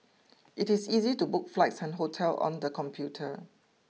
it is easy to book flights and hotel on the computer